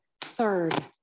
third